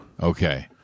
okay